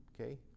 okay